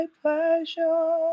pleasure